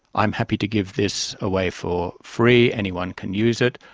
i'm happy to give this away for free, anyone can use it',